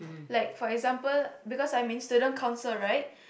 like for example because I'm in student council right